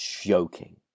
joking